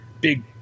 big